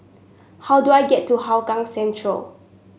how do I get to Hougang Central